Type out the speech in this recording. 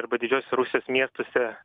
arba didžiuosiuose rusijos miestuose